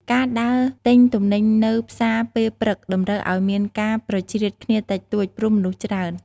ការដើរទិញទំនិញនៅផ្សារពេលព្រឹកតម្រូវឱ្យមានការប្រជ្រៀតគ្នាតិចតួច ព្រោះមនុស្សច្រើន។